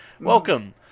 Welcome